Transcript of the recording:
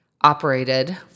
operated